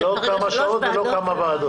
שצריך שלוש ועדות -- לא כמה שעות ולא כמה ועדות.